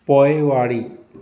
पोइवारी